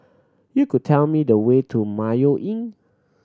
you could tell me the way to Mayo Inn